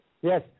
Yes